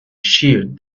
sheared